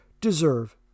deserve